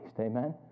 Amen